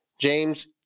James